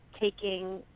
Taking